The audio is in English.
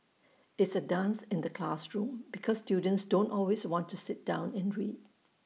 it's A dance in the classroom because students don't always want to sit down and read